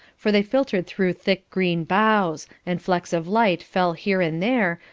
for they filtered through thick green boughs, and flecks of light fell here and there,